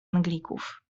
anglików